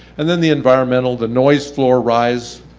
and then the environmental, the noise floor rise,